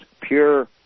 pure